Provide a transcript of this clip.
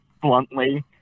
bluntly